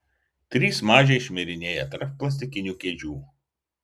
trys mažiai šmirinėja tarp plastikinių kėdžių